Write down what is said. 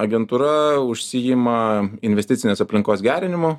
agentūra užsiima investicinės aplinkos gerinimu